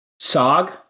Sog